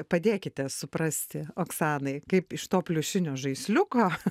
padėkite suprasti oksanai kaip iš to pliušinio žaisliuko